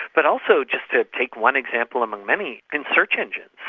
but also, just to take one example among many, in search engines.